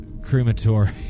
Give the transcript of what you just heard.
crematory